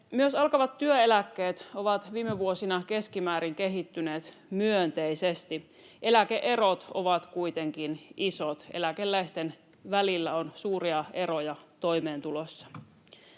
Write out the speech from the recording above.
Myös alkavat työeläkkeet ovat viime vuosina kehittyneet keskimäärin myönteisesti. Eläke-erot ovat kuitenkin isot. Eläkeläisten välillä on suuria eroja toimeentulossa.